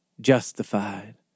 justified